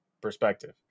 perspective